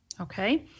Okay